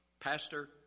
pastor